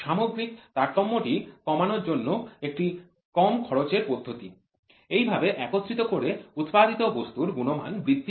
সামগ্রিক তারতম্য টি কমানোর জন্য একটি কম খরচের পদ্ধতি এইভাবে একত্রিত করে উৎপাদিত বস্তুর গুণমান বৃদ্ধি করে